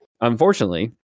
unfortunately